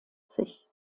sich